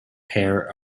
pair